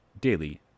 daily